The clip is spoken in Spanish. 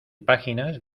páginas